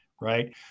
right